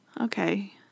Okay